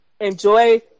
enjoy